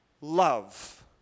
love